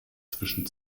zwischen